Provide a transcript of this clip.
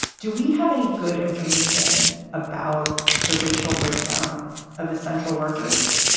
do we have any good information about the racial breakdown of a central worker's?